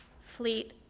Fleet